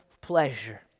pleasure